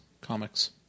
comics